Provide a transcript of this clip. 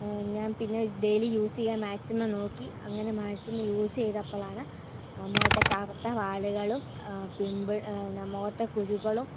ഞാൻ പിന്നെ daily use ചെയ്യാൻ മാക്സിമം നോക്കി അങ്ങനെ മാക്സിമം യൂസ് ചെയ്തപ്പലാണ് മുഖത്തെ കറുത്തപാടുകളും പിംപിൾ മുഖത്തെ കുരുകളും